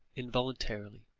involuntarily,